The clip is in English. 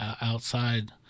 outside